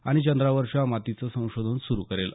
आणि चंद्रावरच्या मांतीचं संशोधन सुरु करेल